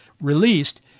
released